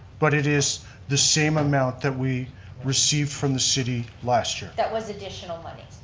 but it is the same amount that we received from the city last year. that was additional money.